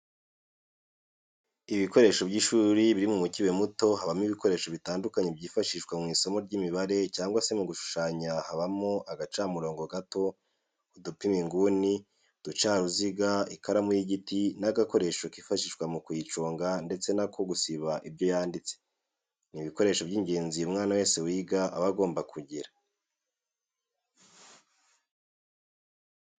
Ibikoresho by'ishuri biri mu mukebe muto habamo ibikoresho bitandukanye byifashishwa mu isomo ry'imibare cyangwa se mu gushushanya habamo agacamurongo gato, udupima inguni, uducaruziga, ikaramu y'igiti n'agakoresho kifashishwa mu kuyiconga ndetse n'ako gusiba ibyo yanditse, ni ibikoresho by'ingenzi umwana wese wiga aba agomba kugira.